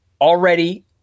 already